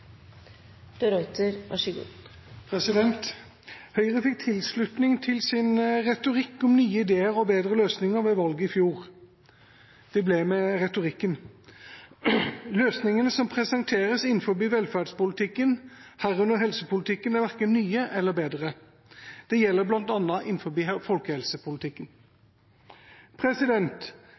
de trenger den. Vi bygger mer, vi løfter kvaliteten gjennom målrettede bevilgninger og utformer et kompetanseløft. Vi er godt i gang med å skape pasientens helsetjeneste. Høyre fikk tilslutning til sin retorikk om nye ideer og bedre løsninger ved valget i fjor – det ble med retorikken. Løsningene som presenteres innen velferdspolitikken, herunder helsepolitikken, er verken